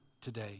today